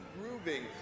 grooving